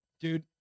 Dude